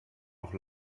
auch